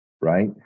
right